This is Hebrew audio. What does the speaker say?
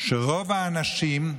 שרוב האנשים,